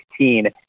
2016